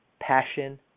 passion